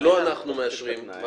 זה לא אנחנו מאשרים.